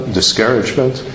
discouragement